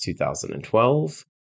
2012